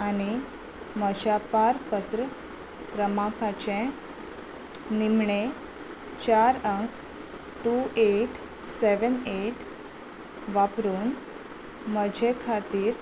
आनी म्हज्या पारपत्र क्रमांकाचे निमाणे चार अंक टू एट सॅवेन एट वापरून म्हजे खातीर